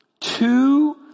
Two